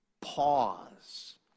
pause